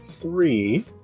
three